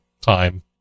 time